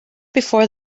before